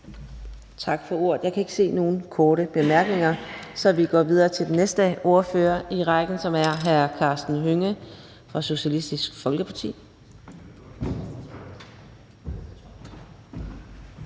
der har indtegnet sig for korte bemærkninger, så vi går videre til den næste ordfører i rækken, som er hr. Karsten Hønge fra Socialistisk Folkeparti.